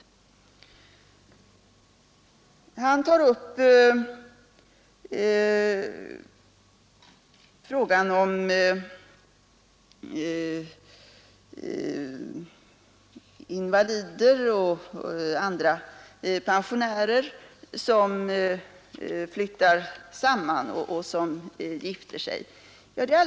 Herr Burenstam Linder tar upp frågan om invalider och andra alldeles riktigt pensionärer som flyttar samman och som gifter sig.